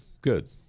good